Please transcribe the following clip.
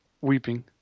weeping